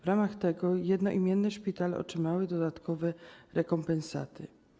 W ramach tego jednoimienne szpitale otrzymały dodatkowe rekompensaty.